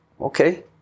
Okay